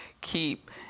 keep